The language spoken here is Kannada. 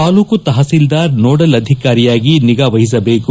ತಾಲ್ಲೂಕು ತಹಸೀಲ್ದಾರ್ ನೋಡಲ್ ಅಧಿಕಾರಿಯಾಗಿ ನಿಗಾವಹಿಸಬೇಕು